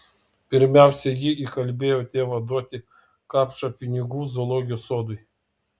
pirmiausia ji įkalbėjo tėvą duoti kapšą pinigų zoologijos sodui